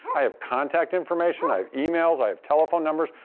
i have contact information, i have emails, i have telephone numbers.